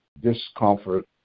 discomfort